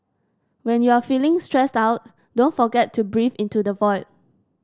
when you are feeling stressed out don't forget to breathe into the void